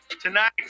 Tonight